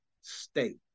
state